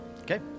Okay